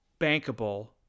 bankable